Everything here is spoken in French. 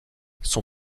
son